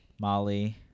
Molly